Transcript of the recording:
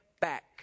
back